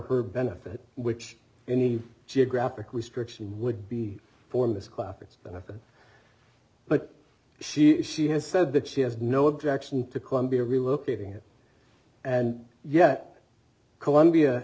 her benefit which any geographic restriction would be for miss clappers benefit but she has said that she has no objection to colombia relocating it and yet colombia